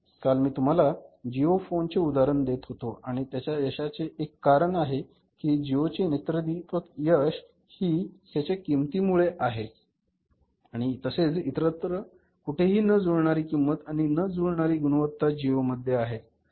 काल मी तुम्हाला जिओ फोनचे उदाहरण देत होतो आणि त्यांच्या यशाचे एक कारण आहे कि जिओचे नेत्रदीपक यश ही त्यांच्या किंमतीमुळे आहे आणि तसेच इतरत्र कुठेही न जुळणारी किंमत आणि न जुळणारी गुणवत्ता जिओ मध्ये आहे